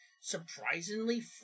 Surprisingly